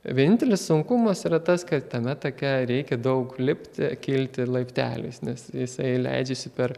vienintelis sunkumas yra tas kad tame take reikia daug lipti kilti laipteliais nes jisai leidžiasi per